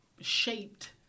shaped